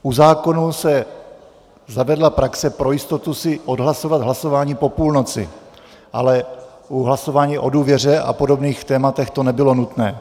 U zákonů se zavedla praxe pro jistotu si odhlasovat hlasování po půlnoci, ale u hlasování o důvěře a podobných témat to nebylo nutné.